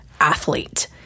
athlete